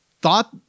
thought